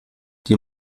die